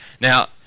Now